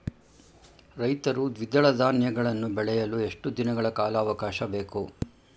ರೈತರು ದ್ವಿದಳ ಧಾನ್ಯಗಳನ್ನು ಬೆಳೆಯಲು ಎಷ್ಟು ದಿನಗಳ ಕಾಲಾವಾಕಾಶ ಬೇಕು?